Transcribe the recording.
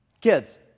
kids